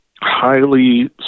highly